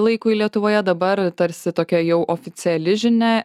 laikui lietuvoje dabar tarsi tokia jau oficiali žinia